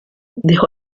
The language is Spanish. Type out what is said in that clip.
dejó